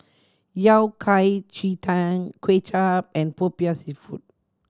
Yao Cai ji tang Kway Chap and Popiah Seafood